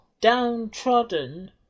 downtrodden